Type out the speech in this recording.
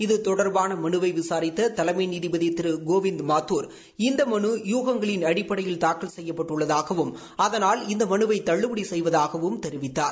இது தொடர்பான மனுவை விசாரித்த தலைமை நீதிபதி திரு கோவிந்த் மாத்துர் இந்த மனு யூகங்களின் அடிப்படையில் தாக்கல் செய்யப்பட்டுள்ளதாகவும் அதனால் இந்த மனுவை தள்ளுபடி செய்வதாகவும் தெரிவித்தார்